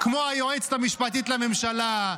כמו היועצת המשפטית לממשלה,